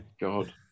God